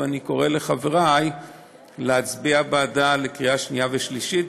ואני קורא לחברי להצביע בעדה בקריאה שנייה ושלישית.